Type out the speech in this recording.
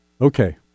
Okay